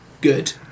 good